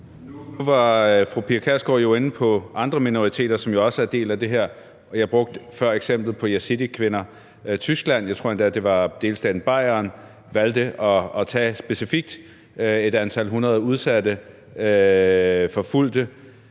Nu var fru Pia Kjærsgaard jo inde på andre minoriteter, som også er en del af det her. Jeg brugte før eksemplet med yazidikvinder, og Tyskland – jeg tror endda, det var delstaten Bayern – valgte specifikt at tage et antal hundreder udsatte, forfulgte,